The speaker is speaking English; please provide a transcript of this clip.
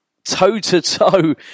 Toe-to-toe